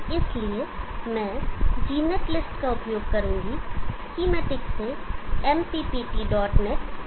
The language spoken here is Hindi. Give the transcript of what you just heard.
इसलिए मैं gnetlist का उपयोग करूँगा स्कीमैटिक से mpptnet जनरेट करूँगा